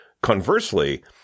Conversely